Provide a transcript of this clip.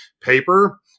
paper